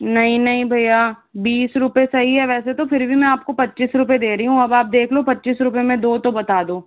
नहीं नहीं भैया बीस रुपए सही है वैसे तो फिर भी मैं आपको पच्चीस रुपए दे रही हूँ अब आप देख लो पच्चीस रुपए में दो तो बता दो